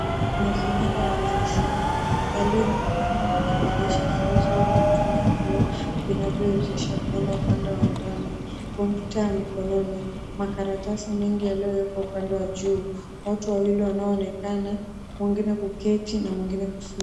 Mazingira ya ofisini yaliyo na milango na madirisha zilizoundwa kutumia vioo vinavyowezesha kuona upande wa ndani. Kompyuta ya mkononi, makaratasi mingi yaliyowekwa upande wa juu, watu wawili wanaoonekana mwengine kuketi na mwengine kusimama.